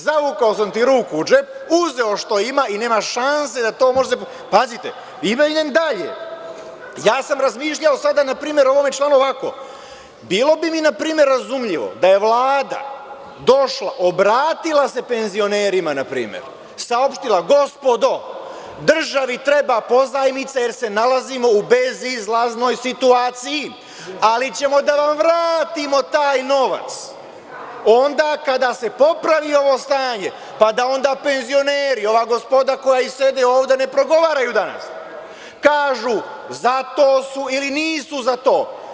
Zavukao sam ti ruku u džep, uzeo šta ima i nema šanse da to može da se, pazite, ima i dalje, ja sam razmišljao sada npr. ovaj član ovako, bilo bi mi razumljivo da je Vlada došla, obratila se penzionerima na primer, saopštila – gospodo, državi treba pozajmica jer se nalazimo u bezizlaznoj situaciji, ali ćemo da vam vratimo taj novac onda kada se popravi ovo stanje, pa da onda penzioneri, ova gospoda koja iz sebe ovde ne progovaraju danas, kažuza to su ili nisu za to.